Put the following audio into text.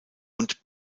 und